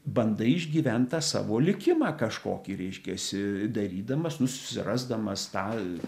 bandai išgyvent tą savo likimą kažkokį reiškiasi darydamas nu susirasdamas tą